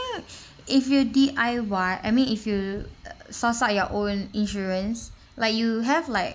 if you D_I_Y I mean if you uh source out your own insurance like you have like